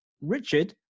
Richard